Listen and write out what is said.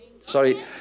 Sorry